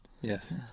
yes